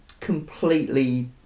completely